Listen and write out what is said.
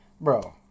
Bro